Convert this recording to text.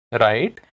right